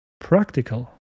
Practical